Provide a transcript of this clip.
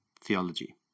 theology